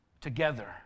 together